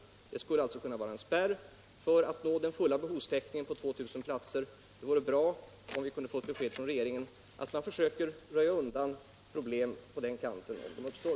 Detta skulle kunna fungera som en spärr för strävandena att nå full behovstäckning på 2000 platser. Det vore bra om vi kunde få ett besked från regeringen om att man skall försöka röja undan problem på den kanten, om sådana uppstår.